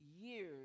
years